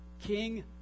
King